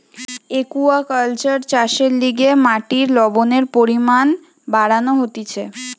aquaculture চাষের লিগে মাটির লবণের পরিমান বাড়ানো হতিছে